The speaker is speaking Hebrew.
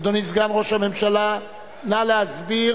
אדוני סגן ראש הממשלה, נא להסביר.